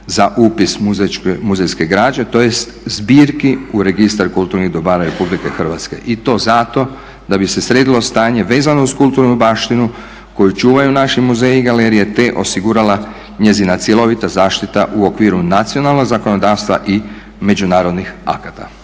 za upis u muzejske građe tj. zbirki u Registar kulturnih dobara RH. I to zato da bi se sredilo stanje vezano uz kulturnu baštinu koju čuvaju naši muzeji i galerije te osigurala njezina cjelovita zaštita u okviru nacionalnog zakonodavstva i međunarodnih akata.